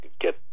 get